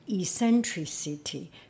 eccentricity